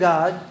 God